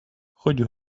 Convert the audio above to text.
хоть